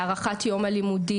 להארכת יום הלימודים.